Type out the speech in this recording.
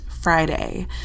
friday